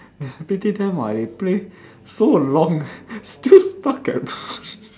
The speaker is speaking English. pity them [what] they play so long still stuck at